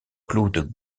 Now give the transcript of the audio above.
claude